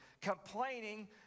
Complaining